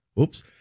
Oops